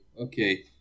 okay